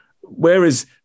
whereas